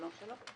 שלום, שלום.